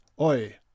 oi